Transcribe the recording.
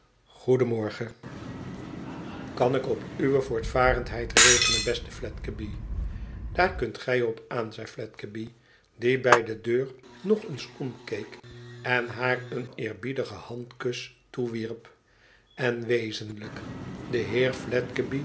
r goedenmorgen kan ik op uwe voortvarendheid rekenen beste fiedgeby idaar kunt gij op aan zei fiedgeby die bij de deur nog eens omkeek en haar een eerbiedigen handkus toewierp n wezenlijk de